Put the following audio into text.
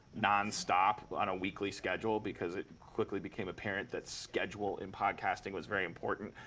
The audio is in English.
nonstop, on a weekly schedule. because it quickly became apparent that schedule in podcasting was very important.